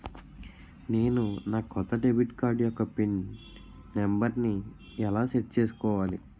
నేను నా కొత్త డెబిట్ కార్డ్ యెక్క పిన్ నెంబర్ని ఎలా సెట్ చేసుకోవాలి?